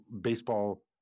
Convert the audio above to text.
baseball